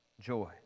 joy